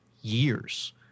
years